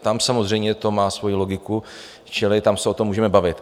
Tam samozřejmě to má svoji logiku, čili tam se o tom můžeme bavit.